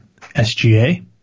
SGA